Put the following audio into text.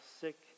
sick